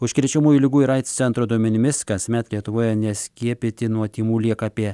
užkrečiamųjų ligų ir aids centro duomenimis kasmet lietuvoje neskiepyti nuo tymų lieka apie